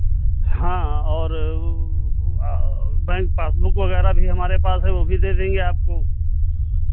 हाँ और वो और बैंक पासबुक वगैरह भी हमारे पास है वो भी दे देंगे आपको